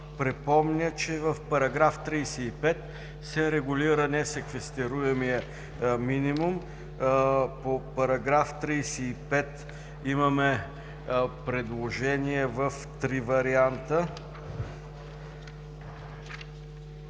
припомня, че в § 35 се регулира несеквестируемият минимум. По § 35 имаме предложение в три варианта.